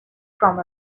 from